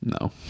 No